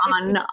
on